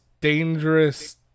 dangerous